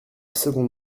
seconde